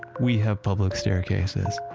we have public staircases,